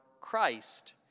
Christ